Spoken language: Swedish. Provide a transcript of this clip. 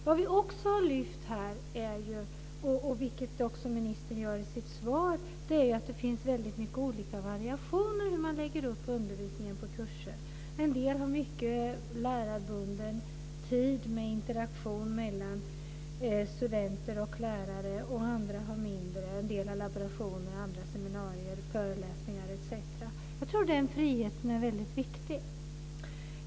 Vad vi också har lyft fram här, och det gör också ministern i sitt svar, är att det finns väldigt mycket variation i hur man lägger upp undervisningen på kurser. En del har mycket lärarbunden tid med interaktion mellan studenter och lärare. Andra har mindre. En del har laborationer, andra seminarier, föreläsningar etc. Jag tror att det är en frihet som är väldigt viktig.